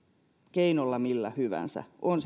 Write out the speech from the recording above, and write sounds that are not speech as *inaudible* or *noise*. keinolla millä hyvänsä on *unintelligible*